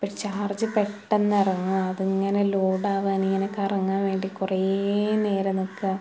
പക്ഷേ ചാർജ് പെട്ടെന്ന് ഇറങ്ങും അതിങ്ങനെ ലോഡ് ആകാൻ ഇങ്ങനെ കറങ്ങാൻ വേണ്ടി കുറെ നേരം നിൽക്കുക